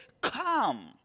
come